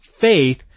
faith